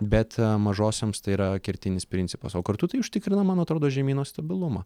bet mažosioms tai yra kertinis principas o kartu tai užtikrina man atrodo žemyno stabilumą